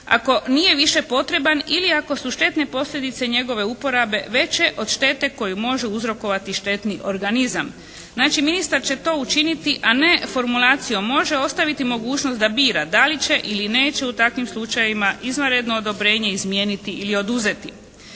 Ako nije više potreban. Ili ako su štetne posljedice njegove uporabe veće od štete koju može uzrokovati štetni organizam. Znači ministar će to učiniti a ne formulacijom, može ostaviti mogućnost da bira da li će ili neće u takvim slučajevima izvanredno odobrenje izmijeniti ili oduzeti.